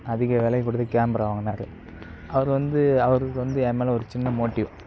அதிக விலை கொடுத்து கேமரா வாங்கினாரு அவர் வந்து அவருக்கு வந்து என் மேலே ஒரு சின்ன மோட்டிவ்